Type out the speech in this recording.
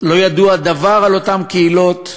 לא ידוע דבר על אותן קהילות.